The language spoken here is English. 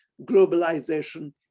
globalization